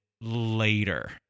later